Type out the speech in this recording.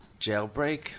Jailbreak